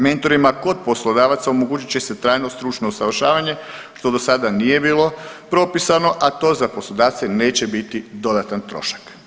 Mentorima kod poslodavaca omogućit će se trajno stručno usavršavanje što dosada nije bilo propisano, a to za poslodavce neće biti dodatan trošak.